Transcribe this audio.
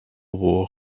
war